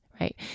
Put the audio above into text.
right